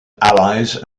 allies